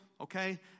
okay